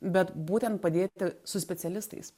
bet būtent padėti su specialistais